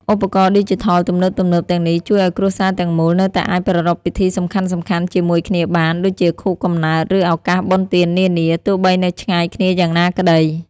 ឧបករណ៍ឌីជីថលទំនើបៗទាំងនេះជួយឱ្យគ្រួសារទាំងមូលនៅតែអាចប្រារព្ធពិធីសំខាន់ៗជាមួយគ្នាបាន ដូចជាខួបកំណើត និងឱកាសបុណ្យទាននានា ទោះបីនៅឆ្ងាយគ្នាយ៉ាងណាក្ដី។